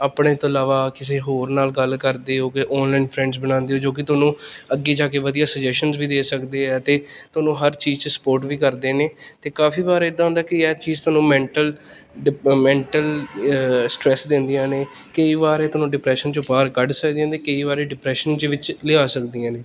ਆਪਣੇ ਤੋਂ ਇਲਾਵਾ ਕਿਸੇ ਹੋਰ ਨਾਲ ਗੱਲ ਕਰਦੇ ਹੋ ਗੇ ਔਨਲਾਈਨ ਫਰੈਂਡਸ ਬਣਾਉਂਦੇ ਹੋ ਜੋ ਕਿ ਤੁਹਾਨੂੰ ਅੱਗੇ ਜਾ ਕੇ ਵਧੀਆ ਸੁਜੈਸ਼ਨਜ਼ ਵੀ ਦੇ ਸਕਦੇ ਆ ਅਤੇ ਤੁਹਾਨੂੰ ਹਰ ਚੀਜ਼ 'ਚ ਸਪੋਰਟ ਵੀ ਕਰਦੇ ਨੇ ਅਤੇ ਕਾਫੀ ਵਾਰ ਇੱਦਾਂ ਹੁੰਦਾ ਕਿ ਇਹ ਚੀਜ਼ ਤੁਹਾਨੂੰ ਮੈਂਟਲ ਮੈਂਟਲ ਸਟਰੈਸ ਦਿੰਦੀਆਂ ਨੇ ਕਈ ਵਾਰ ਇਹ ਤੁਹਾਨੂੰ ਡਿਪਰੈਸ਼ਨ 'ਚੋਂ ਬਾਹਰ ਕੱਢ ਸਕਦੀਆਂ ਨੇ ਕਈ ਵਾਰ ਇਹ ਡਿਪਰੈਸ਼ਨ ਦੇ ਵਿੱਚ ਲਿਆ ਸਕਦੀਆਂ ਨੇ